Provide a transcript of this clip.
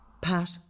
Pat